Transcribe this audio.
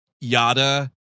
yada